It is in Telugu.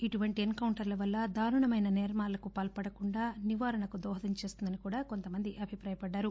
ఇటువంటి ఎన్ కౌంటర్ల వల్ల దారుణమైన నేరాలకు పాల్పడకుండా నివారణకు దోహదం చేస్తుందని కూడా కొంతమంది అభిప్రాయపడ్డారు